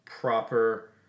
proper